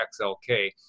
XLK